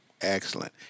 Excellent